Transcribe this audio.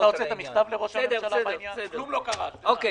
אחר